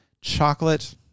Chocolate